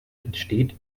entsteht